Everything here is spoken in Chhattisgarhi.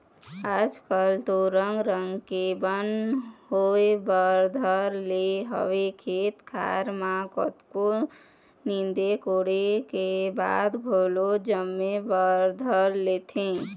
आज कल तो रंग रंग के बन होय बर धर ले हवय खेत खार म कतको नींदे कोड़े के बाद घलोक जामे बर धर लेथे